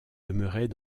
demeurait